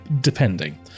depending